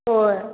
होय